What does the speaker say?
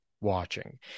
watching